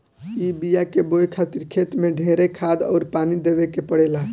ए बिया के बोए खातिर खेत मे ढेरे खाद अउर पानी देवे के पड़ेला